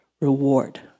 reward